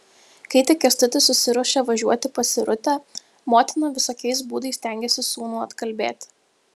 kai tik kęstutis susiruošė važiuoti pas irutę motina visokiais būdais stengėsi sūnų atkalbėti